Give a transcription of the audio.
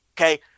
Okay